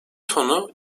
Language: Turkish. tonu